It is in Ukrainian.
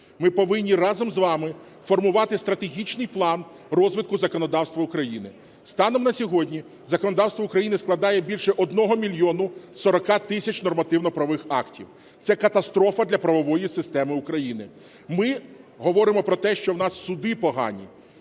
Ми повинні разом з вами формувати стратегічний план розвитку законодавства України. Станом на сьогодні законодавство України складає більше 1 мільйона 40 тисяч нормативно-правових актів. Це катастрофа для правової системи України. Ми говоримо про те, що в нас суди погані.